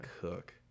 cook